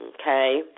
okay